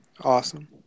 Awesome